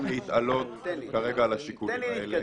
להתעלות כרגע על השיקולים האלה.